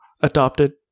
adopted